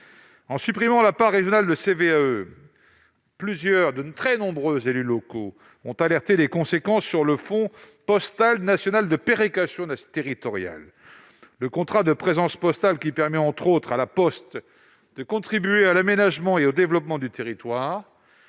la suppression de la part régionale de CVAE, de très nombreux élus locaux ont alerté quant à ses conséquences sur le Fonds postal national de péréquation territoriale. Le contrat de présence postale, qui permet à La Poste de contribuer à l'aménagement et au développement du territoire